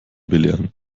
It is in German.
belehren